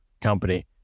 company